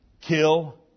Kill